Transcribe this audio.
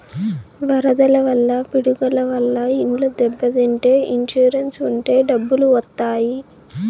వరదల వల్ల పిడుగుల వల్ల ఇండ్లు దెబ్బతింటే ఇన్సూరెన్స్ ఉంటే డబ్బులు వత్తాయి